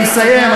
אני מסיים,